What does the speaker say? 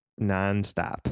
nonstop